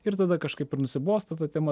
ir tada kažkaip ir nusibosta ta tema